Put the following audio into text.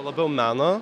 labiau meno